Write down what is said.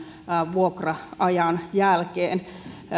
vuokra ajan jälkeen